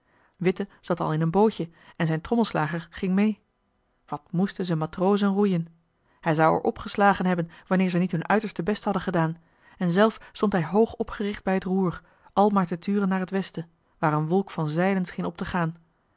witte zat al in een bootje en zijn trommelslager ging mee wat moesten z'n matrozen roeien hij zou er op geslagen hebben wanneer ze niet hun uiterste best hadden gedaan en zelf stond hij hoog opgericht bij het roer al maar te turen naar het westen waar een wolk van zeilen scheen op te gaan